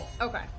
Okay